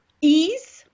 ease